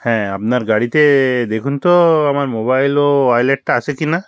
হ্যাঁ আপনার গাড়িতে দেখুন তো আমার মোবাইল ও ওয়লেটটা আছে কি না